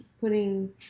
putting